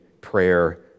prayer